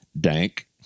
Dank